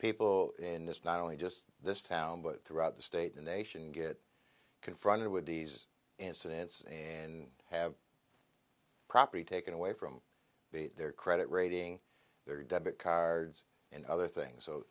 people in this not only just this town but throughout the state in the nation get confronted with these incidents and have property taken away from their credit rating their debit cards and other things so